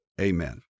Amen